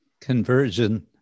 Conversion